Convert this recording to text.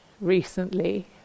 recently